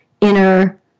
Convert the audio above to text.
inner